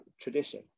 tradition